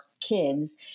kids